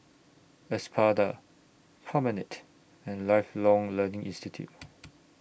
Espada Promenade and Lifelong Learning Institute